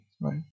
right